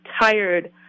tired